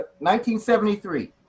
1973